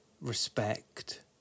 respect